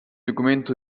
documento